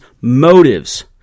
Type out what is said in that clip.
motives